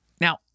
Now